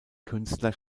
künstler